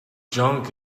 junk